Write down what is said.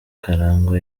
karangwa